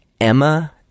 Emma